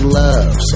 love